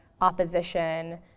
opposition